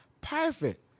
Perfect